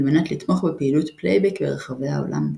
מנת לתמוך בפעילות פלייבק ברחבי העולם.